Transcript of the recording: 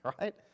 right